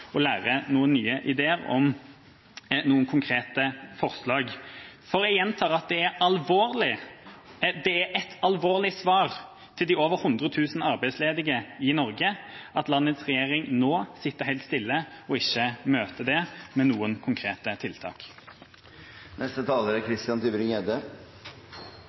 og lære noen nye ideer om noen konkrete forslag. For jeg gjentar at det er et alvorlig svar til de over 100 000 arbeidsledige i Norge at landets regjering nå sitter helt stille og ikke møter dem med noen konkrete tiltak. Først noen kommentarer til de mange i salen som er